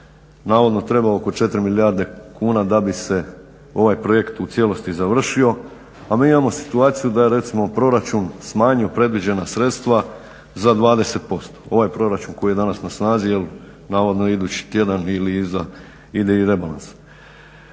navodno treba oko 4 milijarde kuna da bi se ovaj projekt u cijelosti završio, a mi imamo situaciju recimo da je proračun smanjio predviđena sredstva za 20% ovaj proračun koji je danas na snazi, navodno idući tjedan ili iza ide i rebalans.